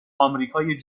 آمریکای